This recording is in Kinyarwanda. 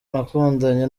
nakundanye